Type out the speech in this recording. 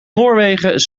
noorwegen